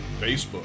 Facebook